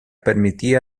permitía